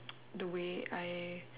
the way I